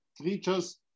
creatures